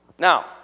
Now